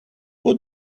put